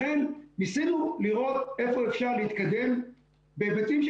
לכן ניסינו לראות איפה אפשר להתקדם בהיבטים של